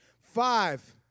Five